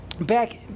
back